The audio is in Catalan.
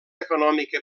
econòmica